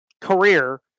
career